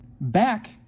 back